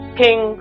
king